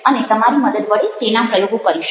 અને તમારી મદદ વડે તેના પ્રયોગો કરીશું